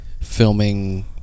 filming